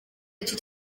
icyo